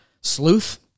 Sleuth